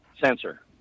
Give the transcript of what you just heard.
sensor